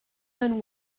men